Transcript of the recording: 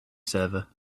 server